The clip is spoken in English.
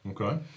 Okay